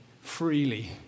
freely